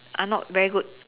are not very good